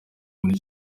muri